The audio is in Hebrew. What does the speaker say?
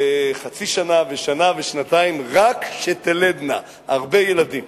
וחצי שנה, ושנה, ושנתיים, רק שתלדנה הרבה ילדים.